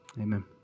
amen